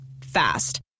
Fast